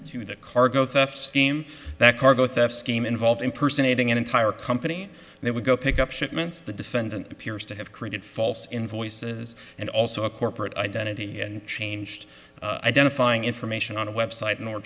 defendant to the cargo theft scheme that cargo theft scheme involved impersonating an entire company they would go pick up shipments the defendant appears to have created false influences and also a corporate identity changed identifying information on a website in order